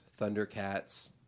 Thundercats